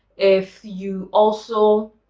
if you also